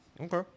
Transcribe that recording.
Okay